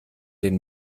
den